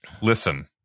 Listen